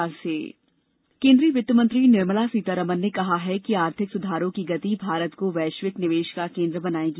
आर्थिक सुधार केंद्रीय वित्तमंत्री निर्मला सीतारामन ने कहा है कि आर्थिक सुधारों की गति भारत को वैश्विक निवेश का केंद्र बनायेगी